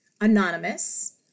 anonymous